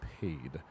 paid